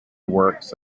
works